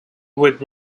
would